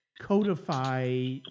codify